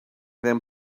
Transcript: them